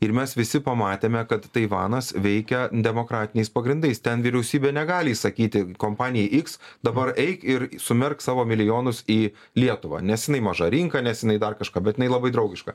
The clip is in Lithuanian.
ir mes visi pamatėme kad taivanas veikia demokratiniais pagrindais ten vyriausybė negali įsakyti kompanijai iks dabar eik ir sumerkt savo milijonus į lietuvą nes jinai maža rinka nes jinai dar kažką bet jinai labai draugiška